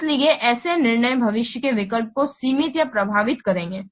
इसलिए ऐसे निर्णय भविष्य के विकल्प को सीमित या प्रभावित करेंगे